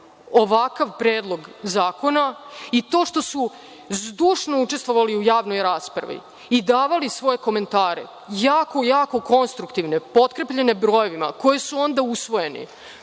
ovakav Predlog zakona i to što su zdušno učestvovali u javnoj raspravi i davali svoje komentare, jako, jako, konstruktivne, potkrepljene brojevima, koji su onda usvojeni,